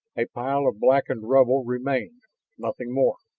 a pile of blackened rubble remained nothing more.